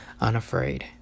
unafraid